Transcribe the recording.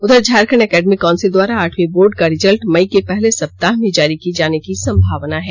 उधर Jharkhand academic council द्वारा आठवीं बोर्ड का रिजल्ट मई के पहले सप्ताह में जारी किए जाने की संभावना है